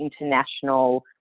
international